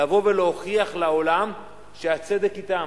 לבוא ולהוכיח לעולם שהצדק אתם,